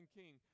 king